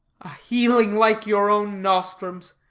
healing like your own nostrums.